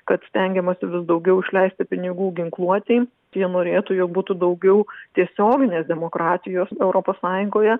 kad stengiamasi vis daugiau išleisti pinigų ginkluotei jie norėtų jog būtų daugiau tiesioginės demokratijos europos sąjungoje